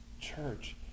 Church